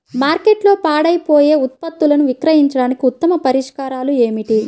మార్కెట్లో పాడైపోయే ఉత్పత్తులను విక్రయించడానికి ఉత్తమ పరిష్కారాలు ఏమిటి?